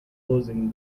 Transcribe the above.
closing